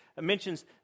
mentions